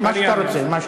מה שאתה רוצה.